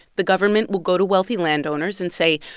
the government will go to wealthy landowners and say,